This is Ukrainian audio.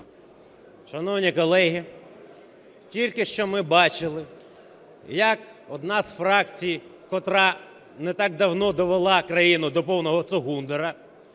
Шановні колеги, тільки що ми бачили, як одна з фракцій, котра не так давно довела країну до повного цугундера,